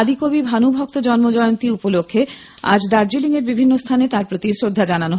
আদিকবি ভানুভক্ত জন্ম জয়ন্তী উপলক্ষে আজ দার্জিলিং এর বিভিন্ন স্থানে তাঁর প্রতি শ্রদ্ধা জানানো হয়